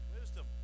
wisdom